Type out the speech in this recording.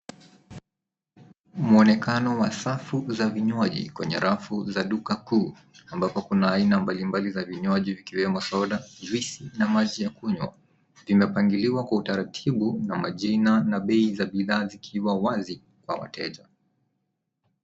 Mwonekano wa safu za vinywaji kwenye rafu za duka kuu. Ambapo kuna vinywaji mbalimbali za duka vikiwemo soda, juici na maji ya kunwa, imepangiliwa kwa utaratibu na majina na bei za bidhaa zikiwa wazi kwa wateja.